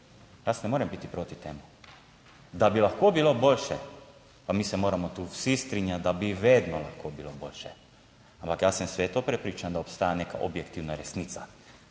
Jaz ne morem biti proti temu. Da bi lahko bilo boljše, pa mi se moramo tu vsi strinjati, da bi vedno lahko bilo boljše. Ampak jaz sem sveto prepričan, da obstaja neka objektivna resnica,